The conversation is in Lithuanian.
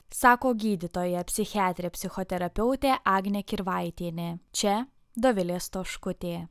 sako gydytoja psichiatrė psichoterapeutė agnė kirvaitienė čia dovilė stoškutė